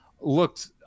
looked